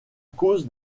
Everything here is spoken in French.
cause